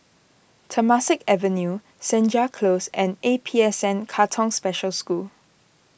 Temasek Avenue Senja Close and A P S N Katong Special School